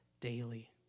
daily